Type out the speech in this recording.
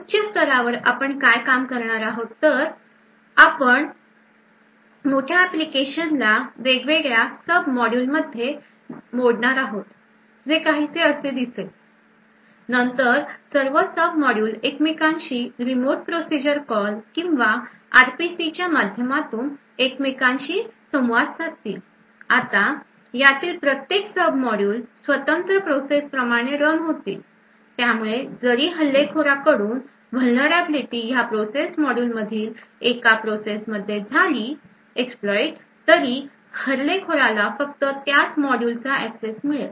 उच्च स्तरावर आपण काय करणार आहोत तर आपण मोठ्या ऍप्लिकेशन ला वेगवेगळ्या सब मॉड्यूल मध्ये मोडणार आहोत जे काहीसे असे दिसतील नंतर सर्व सब मॉड्यूल एकमेकांशी रिमोट प्रोसिजर कॉल किंवा आर पी सी च्या माध्यमातून एकमेकांशी संवाद साधतील आता यातील प्रत्येक सब मॉड्यूल स्वतंत्र प्रोसेस प्रमाणे रन होतीलत्यामुळे जरी हल्लेखोरा कडून vulnerability ह्या प्रोसेस मॉड्यूल मधील एखाद्या प्रोसेस मध्ये exploite झाली तरी हल्लेखोराला फक्त त्त्याचं मॉड्यूल चा एक्सेस मिळेल